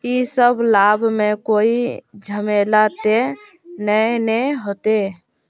इ सब लाभ में कोई झमेला ते नय ने होते?